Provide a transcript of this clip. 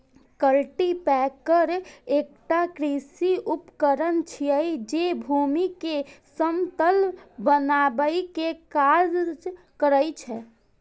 cultipacker एकटा कृषि उपकरण छियै, जे भूमि कें समतल बनबै के काज करै छै